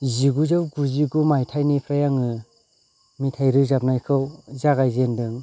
जिगुजौ गुजि गु मायथाइनिफ्राय आङो मेथाइ रोजाबनायखौ जागायजेनदों